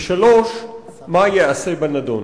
3. מה ייעשה בנדון?